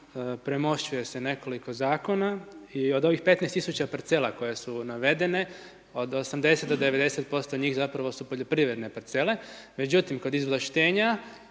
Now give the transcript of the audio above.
premošćuje se nekoliko zakona i od ovih 15 tisuća parcela koje su navedene, od 80 do 90% njih zapravo su poljoprivredne parcele. Međutim, kod izvlaštenja